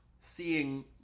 Seeing